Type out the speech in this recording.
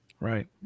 Right